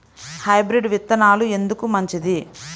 Hybrid విత్తనాలు ఎందుకు మంచిది?